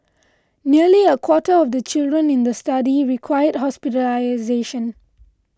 nearly a quarter of the children in the study required hospitalisation